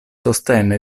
sostenne